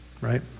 right